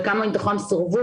וכמה מתוכם סורבו,